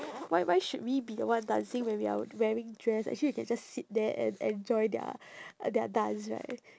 why why should we be the one dancing when we are wearing dress actually we can just sit there and enjoy their uh their dance right